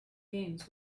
games